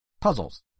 puzzles